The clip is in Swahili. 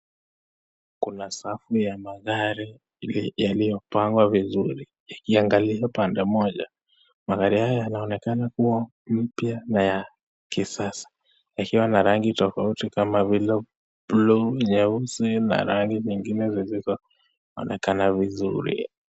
Kuna safu ya magari yaliyopangwa vizuri iangalie pande moja, magari haya yanaonekana kuwa mpya na ya kisasa. Yakiwa na rangi tofauti kama vile buluu, nyeusi na rangi zingine zilizoonekana vizuri.